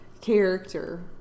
character